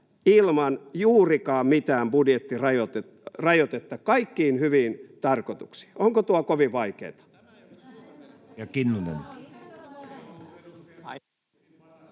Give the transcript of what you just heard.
ilman juurikaan mitään budjettirajoitetta kaikkiin hyviin tarkoituksiin? Onko tuo kovin vaikeata?